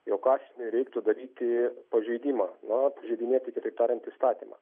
jog asmeniui reiktų daryti pažeidimą na pažeidinėti kitaip tariant įstatymą